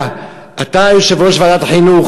אתה יושב-ראש ועדת החינוך,